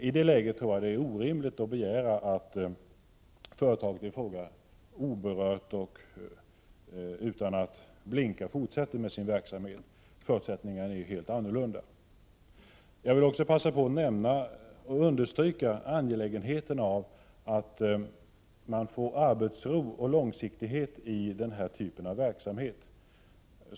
I det läget är det orimligt att begära att företaget i fråga oberört och utan att blinka skall fortsätta med sin verksamhet, då förutsättningarna är helt annorlunda. Jag vill passa på att understryka angelägenheten av arbetsro och långsiktighet för denna typ av verksamhet.